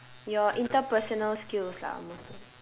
your interpersonal skills lah most of